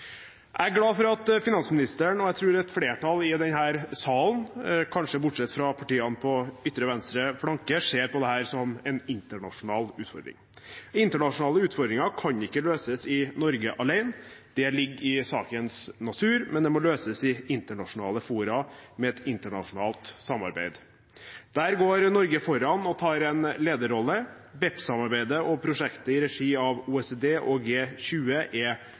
Jeg er glad for at finansministeren – og jeg tror et flertall i denne salen, kanskje bortsett fra partiene på ytre venstre flanke – ser på dette som en internasjonal utfordring. Internasjonale utfordringer kan ikke løses i Norge alene – det ligger i sakens natur – men må løses i internasjonale fora, med et internasjonalt samarbeid. Der går Norge foran og tar en lederrolle. BEPS-samarbeidet og prosjektet i regi av OECD og